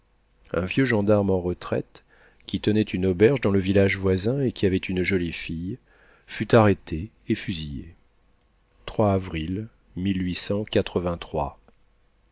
un vieux gendarme en retraite qui tenait une auberge dans un village voisin et qui avait une jolie fille fut arrêté et fusillé